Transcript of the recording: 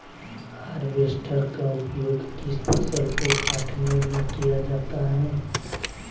Harvester का उपयोग किस फसल को कटने में किया जाता है?